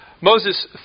Moses